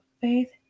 faith